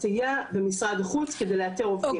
בסדר,